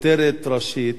כותרת ראשית: